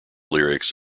lyrics